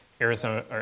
Arizona